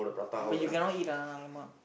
but you cannot eat lah !alamak!